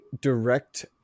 direct